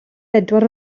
bedwar